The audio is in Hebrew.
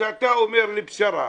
כשאתה אומר לי: פשרה,